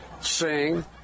sing